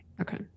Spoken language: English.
Okay